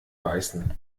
weißen